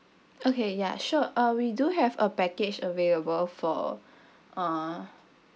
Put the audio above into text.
okay ya sure uh we do have a package available for uh